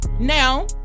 Now